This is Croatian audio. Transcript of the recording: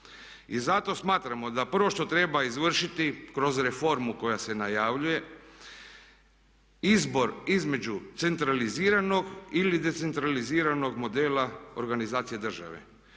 I zato smatramo da prvo što treba izvršiti kroz reformu koja se najavljuje izbor između centraliziranog ili decentraliziranog modela organizacije države.